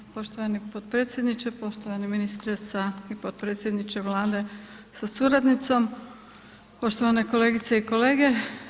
Hvala poštovani potpredsjedniče, poštovani ministre sa i potpredsjedniče Vlade sa suradnicom, poštovane kolegice i kolege.